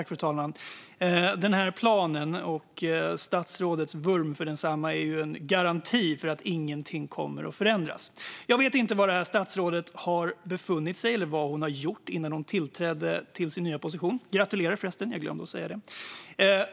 Fru talman! Den här planen och statsrådets vurm för densamma är ju en garanti för att inget kommer att förändras. Jag vet inte var det här statsrådet har befunnit sig eller vad hon har gjort innan hon tillträdde sin nya position - gratulerar, förresten! Jag glömde säga det.